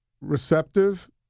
receptive